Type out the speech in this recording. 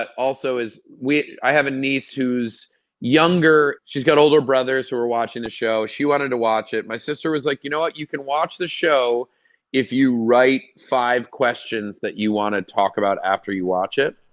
also, is we i have a niece who's younger. she's got older brothers who are watching the show. she wanted to watch it. my sister was like, you know what? you can watch the show if you write five questions that you want to talk about after you watch it.